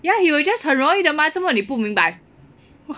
ya he will just 很容易的吗做么你不明白